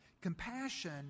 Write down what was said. Compassion